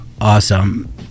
Awesome